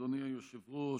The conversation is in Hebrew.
אדוני היושב-ראש,